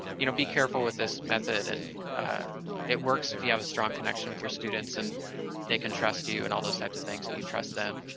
you know, be careful with this method, and it works if you have a strong connection with your students, and they can trust you, and all those types of things, and you trust them.